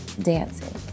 dancing